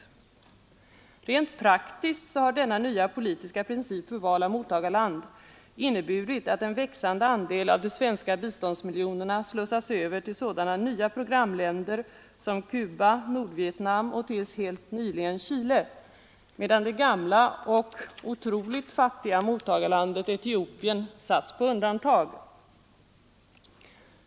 Rent praktiskt har denna nya politiska princip för val av mottagarland inneburit att en växande andel av de svenska biståndsmiljonerna slussas över till sådana nya programländer som Nordvietnam, Cuba och — till helt nyligen — Chile, medan det gamla och otroligt fattiga mottagarlandet Etiopien satts på undantag.